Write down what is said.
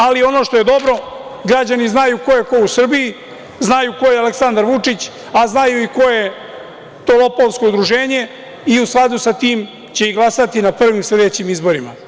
Ali, ono što je dobro, građani znaju ko je ko u Srbiji, znaju ko je Aleksandar Vučić, a znaju i ko je to lopovsko udruženje i u skladu sa tim će i glasati na prvim sledećim izborima.